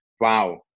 wow